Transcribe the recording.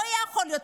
לא יכול להיות,